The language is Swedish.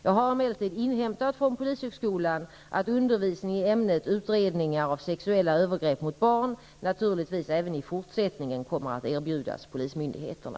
Jag har emellertid inhämtat från polishögskolan att undervisning i ämnet utredningar av sexuella övergrepp mot barn naturligtvis även i fortsättningen kommer att erbjudas polismyndigheterna.